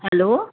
hello